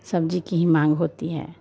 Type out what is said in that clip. सब्ज़ी की ही माँग होती है